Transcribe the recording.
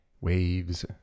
waves